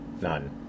None